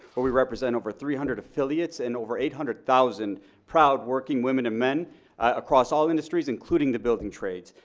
but we represent over three hundred affiliates and over eight hundred thousand proud working women and men across all industries including the building trade.